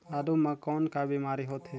आलू म कौन का बीमारी होथे?